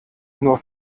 nur